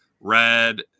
red